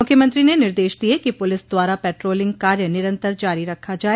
मुख्यमंत्री ने निर्देश दिए कि पुलिस द्वारा पेट्रोलिंग कार्य निरन्तर जारी रखा जाए